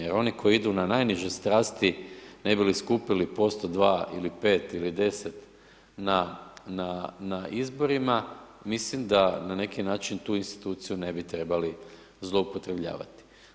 Jer oni koji idu na najniže strasti ne bi li skupili posto, 2 ili 5 ili 10 na, na, na izborima mislim da na neki način tu instituciju ne bi trebali zloupotrebljavati.